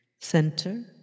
center